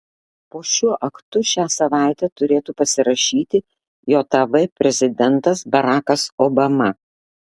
po šiuo aktu šią savaitę turėtų pasirašyti jav prezidentas barakas obama